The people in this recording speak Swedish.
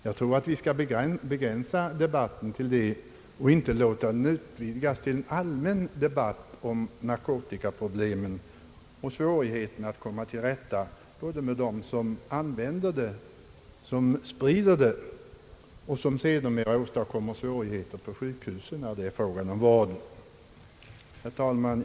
Jag tror att vi skall begränsa debatten till detta 'och inte låta den utvidgas till en allmän debatt om narkotikaproblemen och svårigheterna att komma till rätta både med dem som sprider narkotika och med dem som använder den och sedermera åstadkommer svårigheter på sjukhusen när det blir fråga om vård. Herr talman!